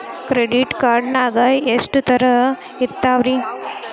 Credit card ನಾಗ ಎಷ್ಟು ತರಹ ಇರ್ತಾವ್ರಿ?